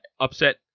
upset